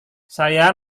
saya